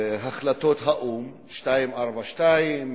החלטות האו"ם 242,